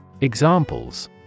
Examples